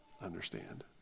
understand